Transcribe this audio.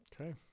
okay